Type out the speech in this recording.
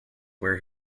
where